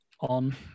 On